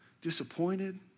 disappointed